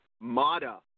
Mata